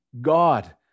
God